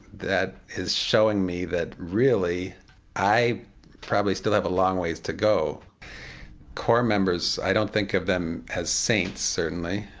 that is showing me that really i probably still have a long ways to go core members i don't think of them as saints, certainly,